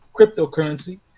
cryptocurrency